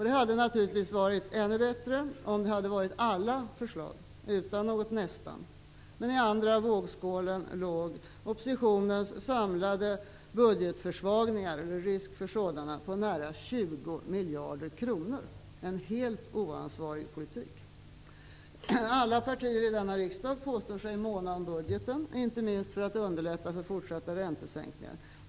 Det hade naturligtvis varit ännu bättre om det hade varit alla förslag utan något ''nästan''. Men i andra vågskålen låg risken för oppositionens samlade budgetförsvagningar på nära 20 miljarder kronor. Det är en helt oansvarig politik. Alla partier i denna riksdag påstår sig måna om budgeten, inte minst för att underlätta för fortsatta räntesänkningar.